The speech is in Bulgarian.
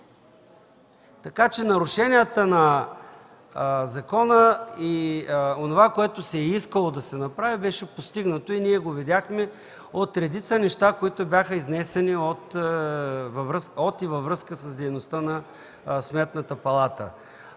една. Нарушенията на закона и онова, което се е искало да се направи, беше постигнато, и ние го видяхме от редица неща, които бяха изнесени от и във връзка с дейността на Сметната палата.